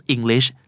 English